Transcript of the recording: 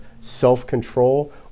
self-control